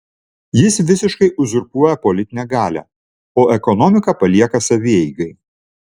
jis visiškai uzurpuoja politinę galią o ekonomiką palieka savieigai